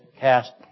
cast